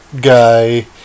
guy